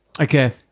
Okay